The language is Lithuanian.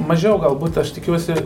mažiau galbūt aš tikiuosi